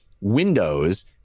windows